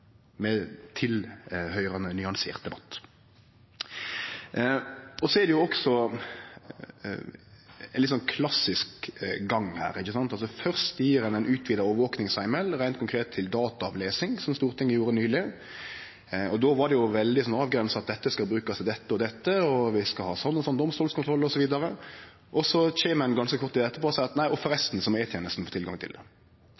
nyansert debatt. Så er det også ein litt klassisk gang her: Først gjev ein ein utvida overvakingsheimel, reint konkret til dataavlesing, som Stortinget gjorde nyleg. Då var det veldig avgrensa, at dette skal brukast til dette og dette, og vi skal ha sånn og sånn domstolskontroll osv. – og så kjem ein ganske kort tid etterpå og seier at forresten så må E-tenesta få tilgang til det.